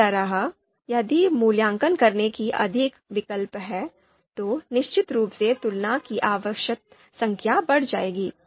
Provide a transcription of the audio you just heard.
इसी तरह यदि मूल्यांकन करने के लिए अधिक विकल्प हैं तो निश्चित रूप से तुलना की आवश्यक संख्या बढ़ जाएगी